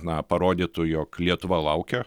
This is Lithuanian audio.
na parodytų jog lietuva laukia